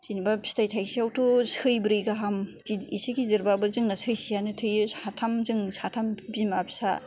जेनेबा फिथाइ थायसेयावथ' सैब्रै गाहाम इसे गेदेरबाबो सैसेआनो थोयो साथाम जों साथाम बिमा फिसा